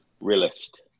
realist